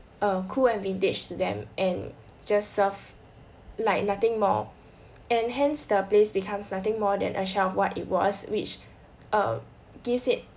err cool and vintage to them and just self like nothing more and hence the place becomes nothing more than a shell what it was which err gives it